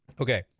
Okay